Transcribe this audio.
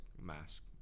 mask